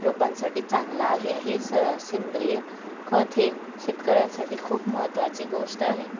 रोपांसाठी चांगलं आहे हे स सेंद्रिय खत हे शेतकऱ्यांसाठी खूप महत्त्वाची गोष्ट आहे